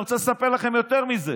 אני רוצה לספר לכם יותר מזה.